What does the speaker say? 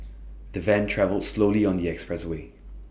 the van travelled slowly on the expressway